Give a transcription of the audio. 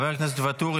חבר הכנסת ואטורי,